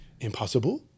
impossible